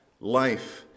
life